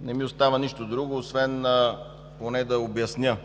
Не ми остава нищо друго, освен поне да обясня